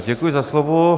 Děkuji za slovo.